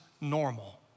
normal